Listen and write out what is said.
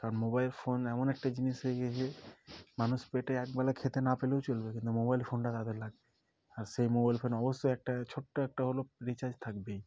কারণ mobile phone এমন একটা জিনিস হয়ে গিয়েছে মানুষ পেটে একবেলা খেতে না পেলেও চলবে কিন্তু মোবাইল ফোনটা তাদের লাগবে আর সেই মোবাইল ফোন অবশ্যই একটা ছোট্ট একটা হলেও রিচার্জ থাকবেই